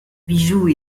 bijoux